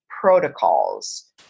protocols